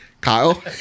Kyle